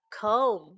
Comb